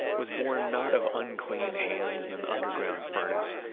was born not of unclean hands and an underground furnace,